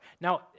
Now